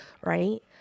right